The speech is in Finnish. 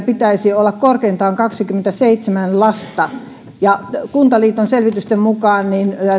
pitäisi olla korkeintaan kaksikymmentäseitsemän lasta kuntaliiton selvitysten mukaan